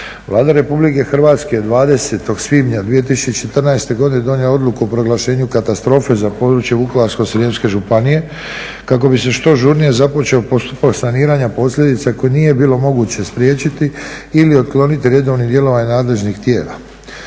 Vlada RH je 20.svibnja 2014.godine donijela odluku o proglašenju katastrofe za područje Vukovarsko-srijemske županije kako bi se što žurnije započeo postupak saniranja posljedica koje nije bilo moguće spriječiti ili otkloniti redovnim djelovanjem nadležnih tijela.